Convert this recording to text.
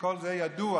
כל זה ידוע,